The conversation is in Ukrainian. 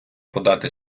подати